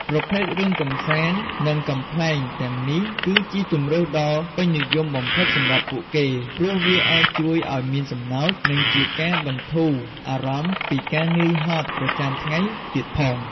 ប្រភេទរឿងកម្សាន្ត និងកំប្លែងទាំងនេះ គឺជាជម្រើសដ៏ពេញនិយមបំផុតសម្រាប់ពួកគេ ព្រោះវាអាចជួយឲ្យមានសំណើច និងជាការបន្ធូរអារម្មណ៍ពីការនឿយហត់ប្រចាំថ្ងៃទៀតផង។